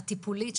הטיפולית,